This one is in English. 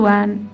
one